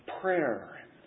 prayer